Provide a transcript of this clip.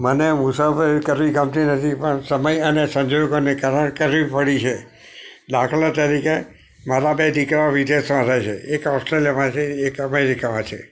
મને મુસાફરી કરવી ગમતી નથી પણ સમય અને સંજોગોને કારણે કરવી પડી છે દાખલા તરીકે મારા બે દીકરા વિદેશમાં રહે છે એક ઓસ્ટ્રેલિયામાં છે એક અમેરિકામાં છે